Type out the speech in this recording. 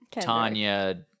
Tanya